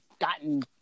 gotten